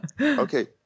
Okay